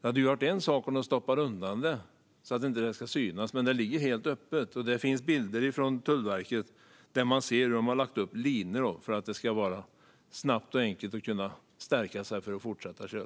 Det hade ju varit en sak om de stoppade undan den så att den inte ska synas, men den ligger helt öppet. Det finns bilder från Tullverket där man ser hur de har lagt upp linor för att det ska gå snabbt och enkelt att stärka sig för att fortsätta köra.